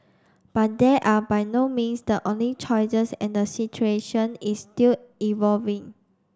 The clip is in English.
but there are by no means the only choices and the situation is still evolving